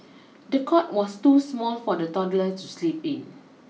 the cot was too small for the toddler to sleep in